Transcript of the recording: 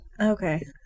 Okay